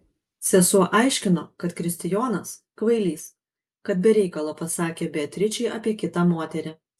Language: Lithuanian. sesuo aiškino kad kristijonas kvailys kad be reikalo pasakė beatričei apie kitą moterį